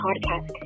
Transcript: podcast